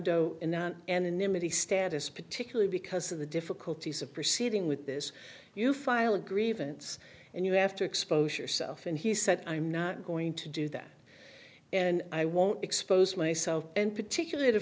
anonymity status particularly because of the difficulties of proceeding with this you file a grievance and you have to expose yourself and he said i'm not going to do that and i won't expose myself and particularly the